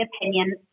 opinion